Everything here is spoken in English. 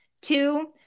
Two